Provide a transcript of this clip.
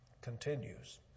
continues